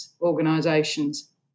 organisations